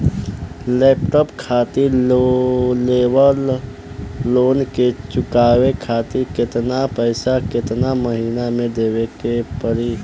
Laptop खातिर level loan के चुकावे खातिर केतना पैसा केतना महिना मे देवे के पड़ी?